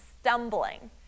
stumbling